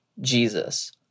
Jesus